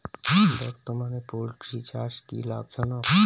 বর্তমানে পোলট্রি চাষ কি লাভজনক?